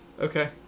Okay